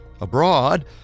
Abroad